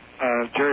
Jerry